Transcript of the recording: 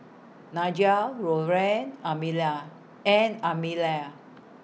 Nigel Loren Amelia and Amelia